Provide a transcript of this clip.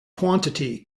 quantity